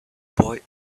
boy